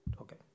Okay